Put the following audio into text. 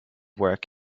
work